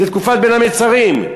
זאת תקופת בין המצרים,